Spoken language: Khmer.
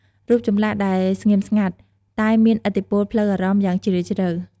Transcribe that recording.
រូបចម្លាក់ដែលស្ងៀមស្ងាត់ តែមានឥទ្ធិពលផ្លូវអារម្មណ៍យ៉ាងជ្រាលជ្រៅ។